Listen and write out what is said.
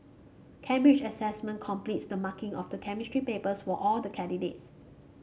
Cambridge Assessment completes the marking of the Chemistry papers for all the candidates